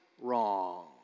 wrong